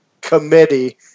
committee